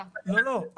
לא,